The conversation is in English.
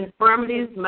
infirmities